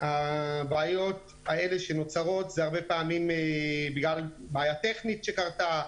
הבעיות האלה שנוצרות זה הרבה פעמים בגלל בעיה טכנית שקרתה,